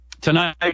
Tonight